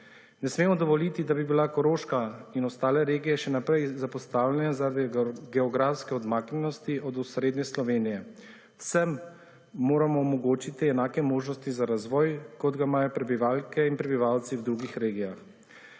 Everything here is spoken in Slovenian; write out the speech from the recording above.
Ne smemo dovoliti, da bi bila Koroška in ostale regije še naprej zapostavljene zaradi geografske odmaknjenosti od osrednje Slovenije. Vsem moramo omogočiti enake možnosti za razvoj, kot ga imajo prebivalke in prebivalci v drugih regijah.